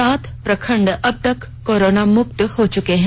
सात प्रखंड अबतक कोरोना मुक्त हो चुके हैं